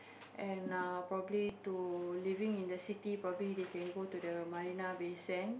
and err probably to living in the city probably they can go to Marina-Bay-Sand